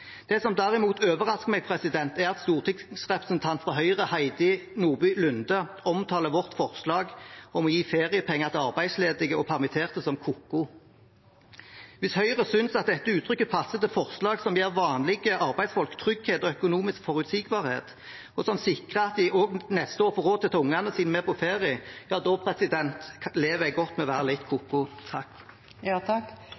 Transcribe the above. Det som derimot overrasker meg, er at stortingsrepresentanten fra Høyre, Heidi Nordby Lunde, omtaler vårt forslag om å gi feriepenger til arbeidsledige og permitterte som ko-ko. Hvis Høyre synes at dette uttrykket passer til forslag som gir vanlige arbeidsfolk trygghet og økonomisk forutsigbarhet, og som sikrer at de også neste år får råd til å ta ungene sine med på ferie, lever jeg godt med å være litt